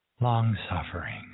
long-suffering